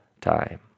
time